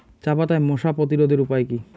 চাপাতায় মশা প্রতিরোধের উপায় কি?